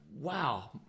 wow